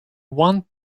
want